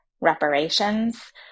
reparations